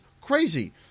crazy